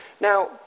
Now